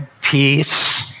peace